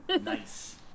Nice